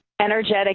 energetic